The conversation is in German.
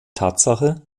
tatsache